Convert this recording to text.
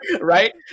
right